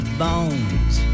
bones